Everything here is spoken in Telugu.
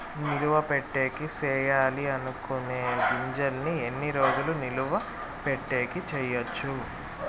నిలువ పెట్టేకి సేయాలి అనుకునే గింజల్ని ఎన్ని రోజులు నిలువ పెట్టేకి చేయొచ్చు